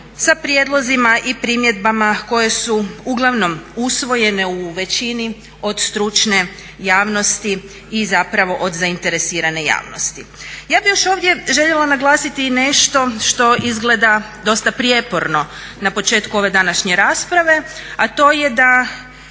sa prijedlozima i primjedbama koje su uglavnom usvojene u većini od stručne javnosti i zapravo od zainteresirane javnosti. Ja bih još ovdje željela naglasiti i nešto što izgleda dosta prijeporno, na početku ove današnje rasprave a to je da